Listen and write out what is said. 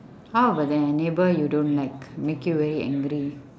how about the neighbour you don't like make you very angry